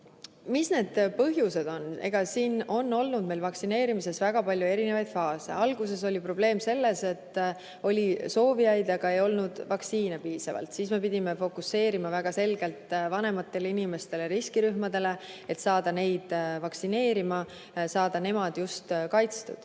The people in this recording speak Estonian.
Mis need põhjused on? Meil on vaktsineerimises olnud väga palju erinevaid faase. Alguses oli probleem selles, et oli soovijaid, aga ei olnud vaktsiine piisavalt. Siis me pidime fokuseerima väga selgelt vanematele inimestele, riskirühmadele, et saada neid vaktsineerima, saada nemad just kaitstud.